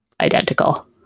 identical